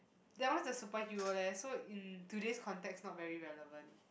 that one is a superhero leh so in today's context not very relevant